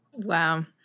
Wow